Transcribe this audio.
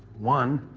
one.